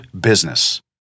business